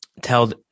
tell